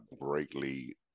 greatly